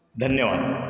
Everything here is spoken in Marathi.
धन्यवाद